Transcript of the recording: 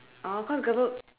oh cause gover~